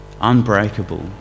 unbreakable